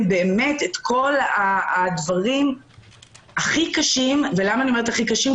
את הדברים הכי קשים ולמה אני אומרת הכי קשים?